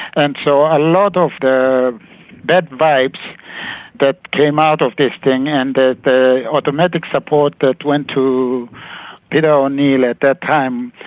and so a lot of the bad vibes that came out of this thing, and the automatic support that went to peter o'neill at that time,